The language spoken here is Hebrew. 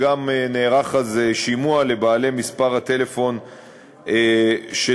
וגם נערך אז שימוע לבעלי מספר הטלפון שנותק.